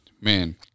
man-